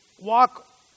walk